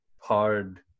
hard